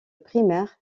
primaire